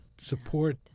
support